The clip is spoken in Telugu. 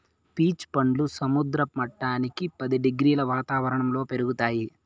పీచ్ పండ్లు సముద్ర మట్టానికి పది డిగ్రీల వాతావరణంలో పెరుగుతాయి